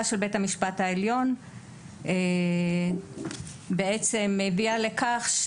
של בית המשפט העליון בעצם הביאה לכך,